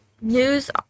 news